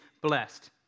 blessed